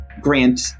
Grant